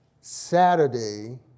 Saturday